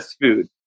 food